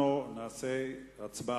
אנחנו נצביע.